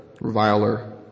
reviler